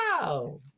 Wow